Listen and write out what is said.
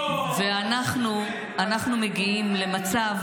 אנחנו מגיעים למצב